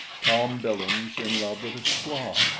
tom billings in love with a squaw!